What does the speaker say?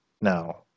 now